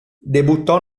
debuttò